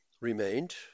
remained